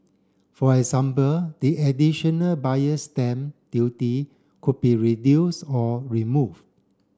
for example the additional buyer stamp duty could be reduce or remove